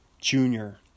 Junior